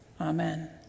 Amen